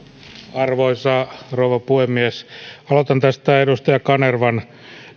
arvoisa rouva puhemies aloitan tästä edustaja kanervan